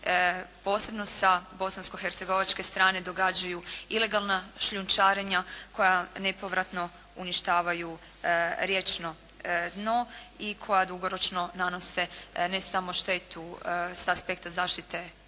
posebno sa Bosansko-Hercegovačke strane događaju ilegalna šljunčarenja koja nepovratno uništavaju riječno dno i koja dugoročno nanose ne samo štetu sa aspekta zaštite prirode